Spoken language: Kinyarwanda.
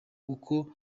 uko